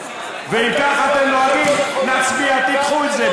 ואם כך אתם נוהגים, נצביע, תדחו את זה.